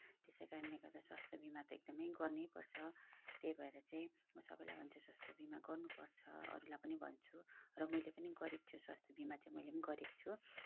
त्यसै कारणले गर्दा स्वास्थ्य बिमा त एकदमै गर्नैपर्छ त्यही भएर चाहिँ म सबैलाई भन्छु स्वास्थ्य बिमा गर्नुपर्छ अरूलाई पनि भन्छु र मैले पनि गरेको छु स्वास्थ्य बिमा चाहिँ मैले पनि गरेको छु